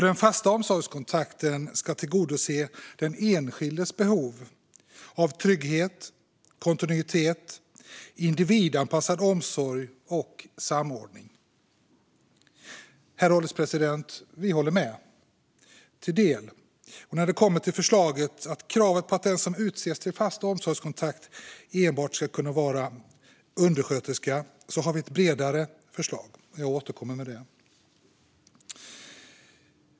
Den fasta omsorgskontakten ska tillgodose den enskildes behov av trygghet, kontinuitet, individanpassad omsorg och samordning. Herr ålderspresident! Vi håller med - till del. När det kommer till regeringens förslag att enbart den som är undersköterska ska kunna utses till fast omsorgskontakt har vi ett bredare och mer konstruktivt förslag. Jag återkommer med det.